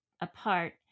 apart